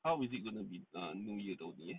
how is it gonna be a new year tahun ni eh